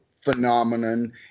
phenomenon